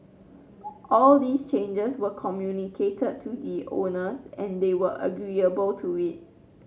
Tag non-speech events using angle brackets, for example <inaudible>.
<hesitation> all these changes were communicated to the owners and they were agreeable to it